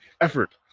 effort